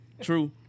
True